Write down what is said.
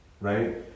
right